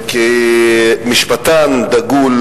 כמשפטן דגול,